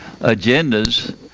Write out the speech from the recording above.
agendas